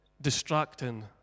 distracting